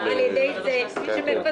שלושה ימים --- על-ידי זה שמפזרים.